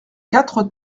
quatre